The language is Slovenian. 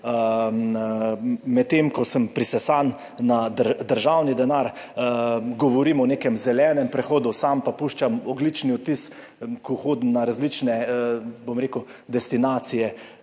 medtem ko sem prisesan na državni denar, govorim o nekem zelenem prehodu, sam pa puščam ogljični odtis, ko hodim na različne, bom rekel, destinacije,